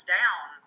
down